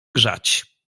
grzać